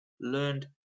learned